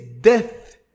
death